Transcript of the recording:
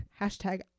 Hashtag